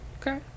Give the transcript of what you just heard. Okay